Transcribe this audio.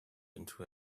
into